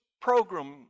program